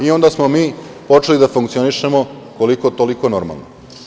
Onda smo mi počeli da funkcionišemo koliko-toliko normalno.